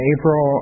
April